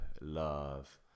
love